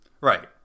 Right